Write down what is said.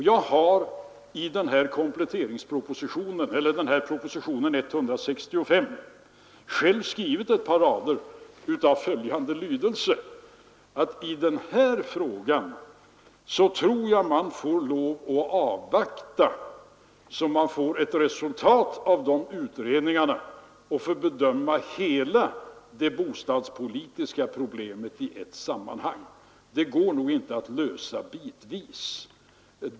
Jag har i propositionen 165 själv skrivit ett par rader om att man i denna fråga får lov att avvakta utredningarnas resultat så att man kan bedöma hela det bostadspolitiska problemet i ett sammanhang. Problemet går inte att lösa bitvis.